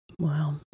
Wow